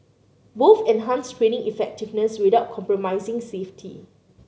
both enhanced training effectiveness without compromising safety